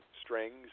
Strings